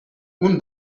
اون